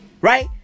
Right